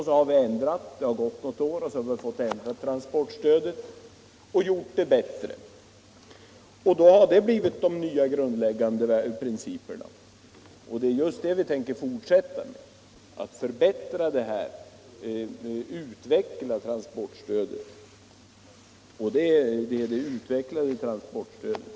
Så har det gått något år, och sedan har man måst ändra transportstödet för att göra det bättre. Då har der blivit de nya grundläggande principerna. På det sättet tänker vi fortsätta att driva på för att förbättra och utveckla transportstödet.